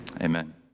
Amen